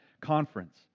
conference